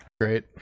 Great